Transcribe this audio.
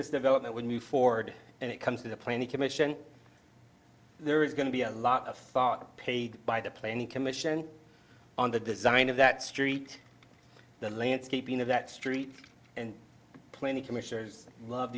this development would move forward and it comes to the planning commission there is going to be a lot of thought paid by the planning commission on the design of that street the landscaping of that street and plenty commissioners love